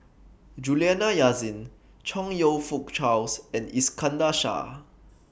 Juliana Yasin Chong YOU Fook Charles and Iskandar Shah